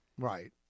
Right